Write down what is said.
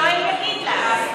יואל יגיד לך.